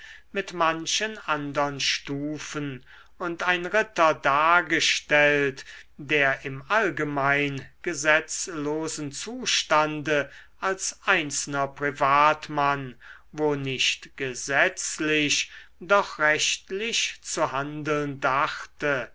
mit manchen andern stufen und ein ritter dargestellt der im allgemein gesetzlosen zustande als einzelner privatmann wo nicht gesetzlich doch rechtlich zu handeln dachte